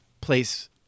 place